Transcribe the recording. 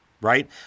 right